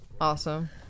awesome